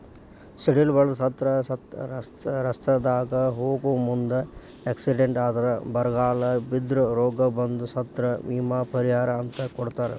ಸಿಡಿಲ ಬಡದ ಸತ್ರ ರಸ್ತಾದಾಗ ಹೋಗು ಮುಂದ ಎಕ್ಸಿಡೆಂಟ್ ಆದ್ರ ಬರಗಾಲ ಬಿದ್ರ ರೋಗ ಬಂದ್ರ ಸತ್ರ ವಿಮಾ ಪರಿಹಾರ ಅಂತ ಕೊಡತಾರ